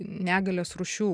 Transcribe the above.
negalės rūšių